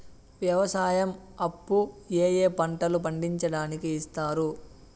వ్యవసాయం అప్పు ఏ ఏ పంటలు పండించడానికి ఇస్తారు?